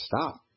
stop